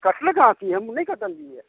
कटने कहाँ छियै हम नहि कटलियैया